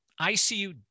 ICU